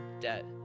debt